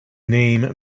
name